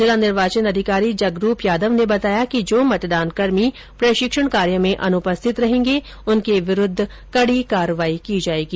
जिला निर्वाचन अधिकारी जगरूप यादव ने बताया कि जो मतदानकर्मी प्रषिक्षण कार्य में अनुपरिथत रहेंगे उनके विरूद्व कडी कार्यवाही की जायेगी